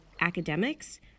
academics